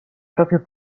proprio